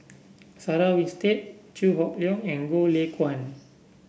Sarah Winstedt Chew Hock Leong and Goh Lay Kuan